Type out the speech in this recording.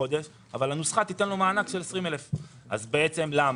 בחודש אבל הנוסחה תיתן לו מענק של 20,000. למה?